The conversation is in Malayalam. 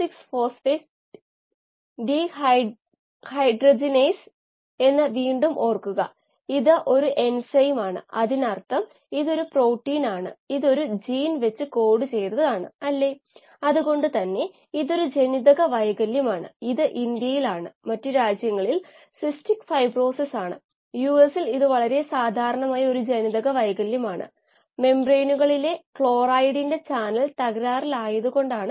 ഈ ഉദാഹരണത്തിൽ പെർസൻറ് എയർ സാച്ചുറേഷൻ പകരമായി കറൻറ് നേരിട്ടാണ്